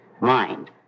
mind